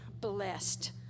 blessed